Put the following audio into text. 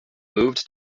moved